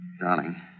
Darling